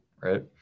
right